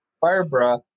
Barbara